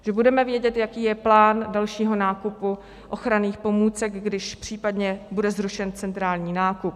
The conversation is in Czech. Že budeme vědět, jaký je plán dalšího nákupu ochranných pomůcek, když případně bude zrušen centrální nákup.